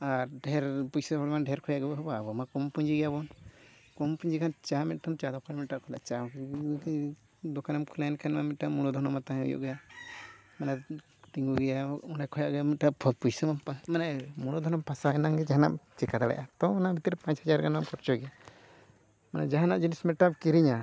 ᱟᱨ ᱰᱷᱮᱨ ᱯᱚᱭᱥᱟ ᱦᱚᱲᱢᱟ ᱰᱷᱮᱨ ᱠᱷᱚᱱᱟᱜ ᱜᱮᱵᱚ ᱮᱚᱦᱚᱵᱟ ᱟᱵᱚᱢᱟ ᱠᱚᱢ ᱯᱩᱸᱡᱤ ᱜᱮᱭᱟ ᱵᱚᱱ ᱠᱚᱢ ᱯᱩᱸᱡᱤ ᱠᱷᱟᱱ ᱪᱟ ᱢᱤᱫᱴᱟᱝ ᱪᱟ ᱫᱳᱠᱟᱱ ᱢᱤᱫᱴᱟᱝ ᱫᱳᱠᱟᱱᱮᱢ ᱠᱷᱩᱞᱟᱹᱣᱮᱱ ᱠᱷᱟᱱᱢᱟ ᱢᱤᱫᱴᱟᱱ ᱢᱩᱞ ᱫᱷᱚᱱᱢᱟ ᱛᱟᱦᱮᱱ ᱦᱩᱭᱩᱜ ᱜᱮᱭᱟ ᱢᱟᱱᱮ ᱛᱤᱸᱜᱩ ᱜᱮᱭᱟ ᱵᱚ ᱚᱱᱟ ᱠᱷᱚᱱᱟᱜᱮ ᱢᱤᱫᱴᱟᱱ ᱯᱚᱭᱥᱟ ᱢᱟᱱᱮ ᱢᱩᱲᱚ ᱫᱷᱚᱱᱮᱢ ᱯᱷᱥᱟᱣᱮᱱᱟᱜ ᱜᱮ ᱡᱟᱦᱟᱱᱟᱜ ᱮᱢ ᱪᱤᱠᱟᱹ ᱫᱟᱲᱮᱭᱟᱜᱼᱟ ᱛᱚ ᱚᱱᱟ ᱵᱷᱤᱛᱤᱨ ᱯᱟᱸᱪ ᱦᱟᱡᱟᱨ ᱜᱟᱱᱮᱢ ᱠᱷᱚᱨᱪᱟᱭ ᱜᱮᱭᱟ ᱢᱟᱱᱮ ᱡᱟᱦᱟᱱᱟᱜ ᱡᱤᱱᱤᱥ ᱢᱤᱫᱴᱟᱝ ᱮᱢ ᱠᱤᱨᱤᱧᱟ